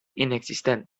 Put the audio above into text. inexistent